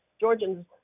Georgians